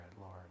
Lord